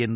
N